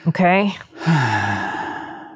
Okay